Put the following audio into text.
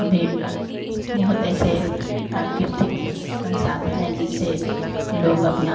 अभी बहुत ऐसे प्राकृतिक संसाधन हैं जिसे लोग अपना